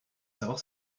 savoir